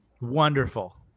Wonderful